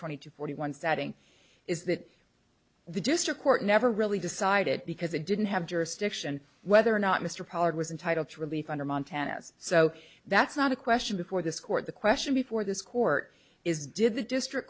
twenty two forty one setting is that the district court never really decided because it didn't have jurisdiction whether or not mr pollard was entitled to relief under montana as so that's not a question before this court the question before this court is did the district